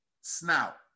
snout